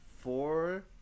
four